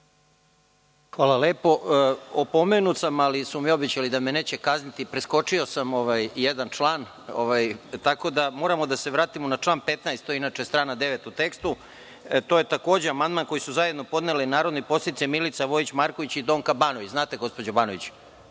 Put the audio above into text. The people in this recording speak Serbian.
Korać** Opomenut sam, ali su mi obećali da me neće kazniti. Preskočio sam jedan amandman. Moramo da se vratimo na član 15. To je, inače, strana 9. u tekstu. To je amandman koje su podnele narodne poslanice Milica Vojić Marković i Donka Banović. Znate li, gospođo Banović,